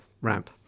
ramp